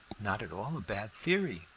not at all a bad theory,